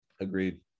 agreed